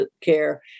care